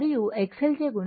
మరియు XL చే గుణించబడింది